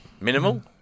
Minimal